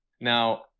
Now